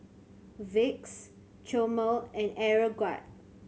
Vicks Chomel and Aeroguard